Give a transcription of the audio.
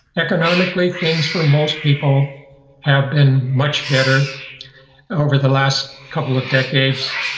economically things for most people have been much better over the last couple of decades.